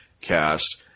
cast